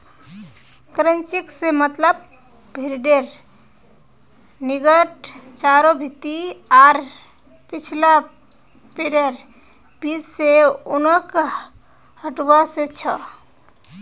crutching से मतलब भेडेर नेंगड चारों भीति आर पिछला पैरैर बीच से ऊनक हटवा से छ